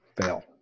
Fail